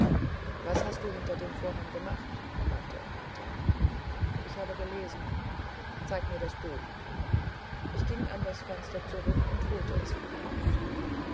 was hast du da hinter dem vorhange gemacht fragte er weiter ich habe gelesen zeige mir das buch ich ging an das fenster zurück und holte es von dort